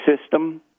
system